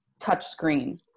touchscreen